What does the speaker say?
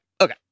Okay